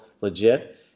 legit